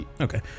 Okay